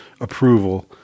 approval